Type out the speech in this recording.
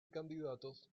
candidatos